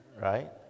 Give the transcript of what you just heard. right